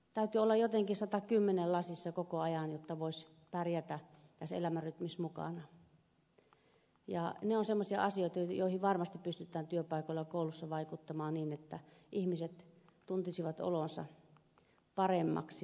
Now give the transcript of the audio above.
täytyy olla jotenkin satakymmenen lasissa koko ajan jotta voisi pärjätä tässä elämänrytmissä mukana ja ne ovat semmoisia asioita joihin varmasti pystytään työpaikoilla ja kouluissa vaikuttamaan niin että ihmiset tuntisivat olonsa paremmaksi näissä yhteisöissä